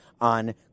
on